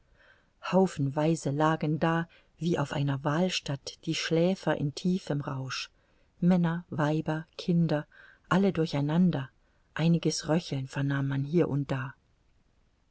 haufenweise lagen da wie auf einer wahlstatt die schläfer in tiefem rausch männer weiber kinder alle durcheinander einiges röcheln vernahm man hier und da